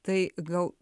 tai gal